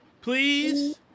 Please